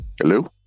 Hello